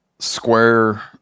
square